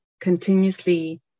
continuously